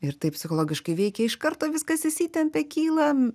ir tai psichologiškai veikia iš karto viskas įsitempia kyla